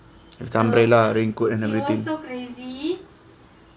if the umbrella rain good and everything